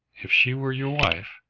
if she were your wife?